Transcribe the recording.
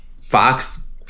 Fox